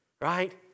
right